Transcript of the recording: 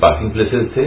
parking places थे